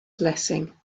blessing